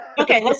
Okay